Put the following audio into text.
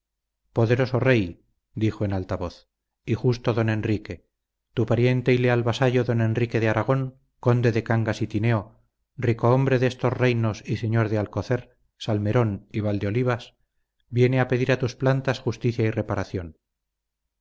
poderoso rey dijo en alta voz y justo don enrique tu pariente y leal vasallo don enrique de aragón conde de cangas y tineo ricohombre de estos reinos y señor de alcocer salmerón y valdeolivas viene a pedir a tus plantas justicia y reparación